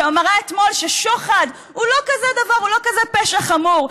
שאמרה אתמול ששוחד הוא לא כזה פשע חמור.